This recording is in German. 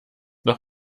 noch